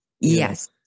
Yes